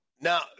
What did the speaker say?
Now